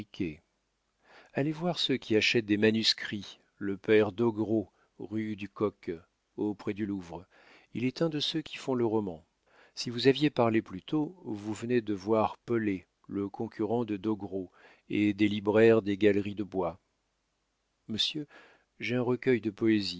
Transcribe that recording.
allez voir ceux qui achètent des manuscrits le père doguereau rue du coq auprès du louvre il est un de ceux qui font le roman si vous aviez parlé plus tôt vous venez de voir pollet le concurrent de doguereau et des libraires des galeries de bois monsieur j'ai un recueil de poésie